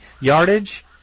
yardage